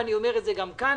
ואני אומר את זה גם כאן,